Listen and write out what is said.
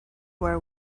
war